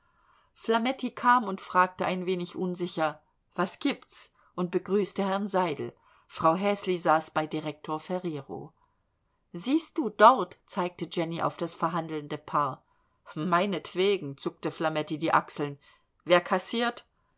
flametti kam und fragte ein wenig unsicher was gibt's und begrüßte herrn seidel frau häsli saß bei direktor ferrero siehst du dort zeigte jenny auf das verhandelnde paar meinetwegen zuckte flametti die achseln wer kassiert